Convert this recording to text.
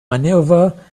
maneuver